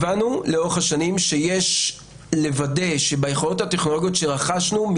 הבנו לאורך השנים שיש לוודא שביכולות הטכנולוגיות שרכשנו,